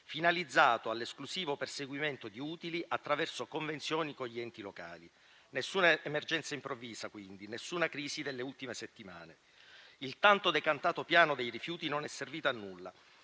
finalizzato all'esclusivo perseguimento di utili attraverso convenzioni con gli enti locali. Nessuna emergenza improvvisa, quindi, nessuna crisi delle ultime settimane. Il tanto decantato piano dei rifiuti non è servito a nulla.